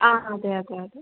അ അ അതെ അതെ